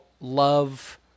love